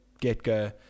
get-go